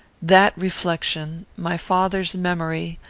that reflection, my father's memory,